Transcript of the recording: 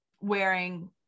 wearing